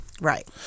Right